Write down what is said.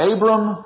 Abram